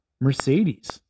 Mercedes